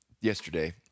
yesterday